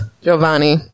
Giovanni